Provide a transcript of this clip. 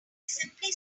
simply